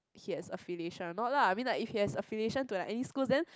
he has affiliation or not lah I mean like if he has affiliation to any school then